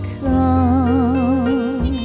come